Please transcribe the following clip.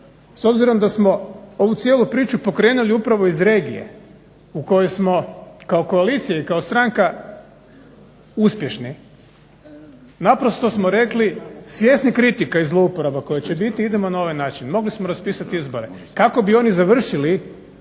S obzirom da smo ovu cijelu priču pokrenuli upravo iz regije u kojoj smo kao koalicija i kao stranka uspješni. Naprosto smo rekli, svjesni kritika i zlouporaba koje će biti idemo na ovaj način, mogli smo raspisati izbore, kako bi oni završili